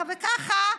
וככה וככה,